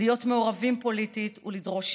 להיות מעורבים פוליטית ולדרוש שינוי.